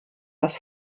das